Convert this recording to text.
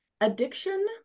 Addiction